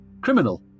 criminal